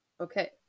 Okay